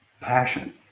passion